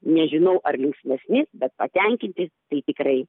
nežinau ar linksmensi bet patenkinti tai tikrai